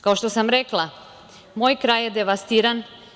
Kao što sam rekla, moj kraj je devastiran.